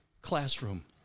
classroom